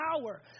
power